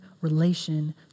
relation